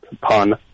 Pun